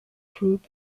group